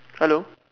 hello